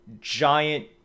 giant